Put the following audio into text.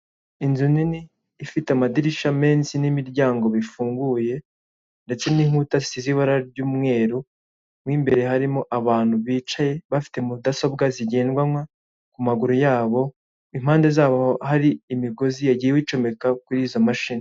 Inzu nini ifite amadirishya menshi n'imiryango bifunguye ndetse n'inkuta zisize ibara ry'umweru, mw'imbere harimo abantu bicaye bafite mudasobwa zigendanwa kumaguru yabo impande zabo hari imigozi yagiwe icomeka kuri izo mashini.